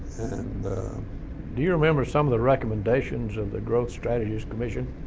and do you remember some of the recommendations of the growth strategies commission?